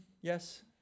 Yes